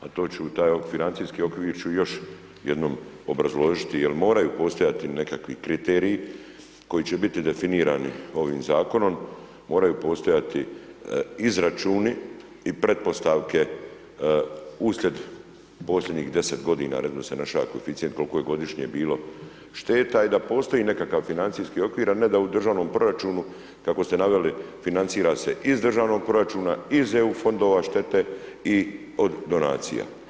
a to ću taj financijski okvir ću još jednom obrazložiti jer moraju postojati nekakvi kriteriji koji će biti definirani ovim zakonom, moraju postojati izračuni i pretpostavke uslijed posljednjih 10 godina .../nerazumljivo/... naš koeficijent koliko je godišnje bilo šteta i da postoji nekakav financijski okvir, a ne da u državnom proračunu kako ste naveli financira se iz državnog proračuna, iz EU fondova štete i od donacija.